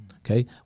okay